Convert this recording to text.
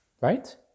right